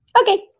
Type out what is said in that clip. Okay